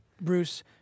bruce